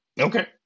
Okay